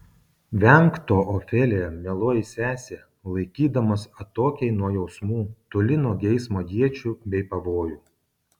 venk to ofelija mieloji sese laikydamos atokiai nuo jausmų toli nuo geismo iečių bei pavojų